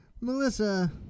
Melissa